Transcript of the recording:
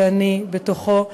ואני בתוכו,